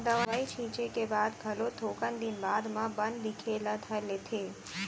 दवई छींचे के बाद घलो थोकन दिन बाद म बन दिखे ल धर लेथे